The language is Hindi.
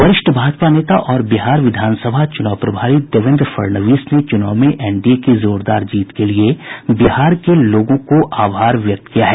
वरिष्ठ भाजपा नेता और बिहार विधानसभा चुनाव प्रभारी देवेन्द्र फडनवीस ने चूनाव में एनडीए की जोरदार जीत के लिए बिहार के लोगों को आभार व्यक्त किया है